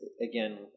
again